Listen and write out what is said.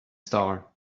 star